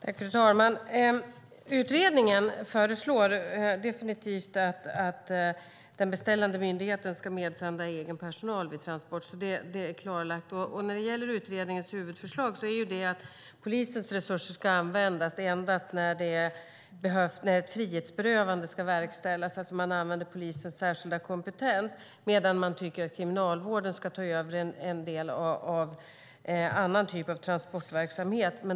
Fru talman! Utredningen föreslår definitivt att den beställande myndigheten ska medsända egen personal vid transport, så det är klarlagt. Utredningens huvudförslag är att polisens resurser endast ska användas när ett frihetsberövande ska verkställas, då man använder polisens särskilda kompetens, medan kriminalvården ska ta över en del av annan typ av transportverksamhet.